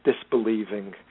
disbelieving